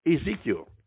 Ezekiel